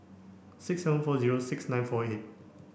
six seven four zero six nine four eight